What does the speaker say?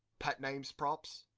pet name props?